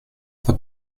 the